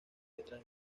detrás